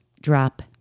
drop